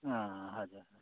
अँ हजुर